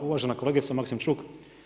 Uvažena kolegice Maksimčuk.